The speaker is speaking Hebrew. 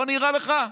לא נראה לך?